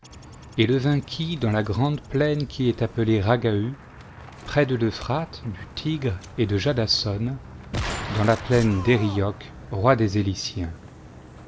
et le vainquit dans la grande plaine qui est appelée ragaû près de l'euphrate du tigre et du jadason dans la plaine d'érioch roi des